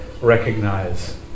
recognize